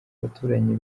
abaturanyi